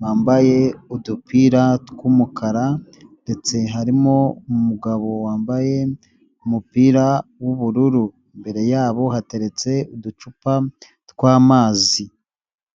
bambaye udupira tw'umukara ndetse harimo umugabo wambaye umupira w'ubururu. Imbere yabo hateretse uducupa tw'amazi.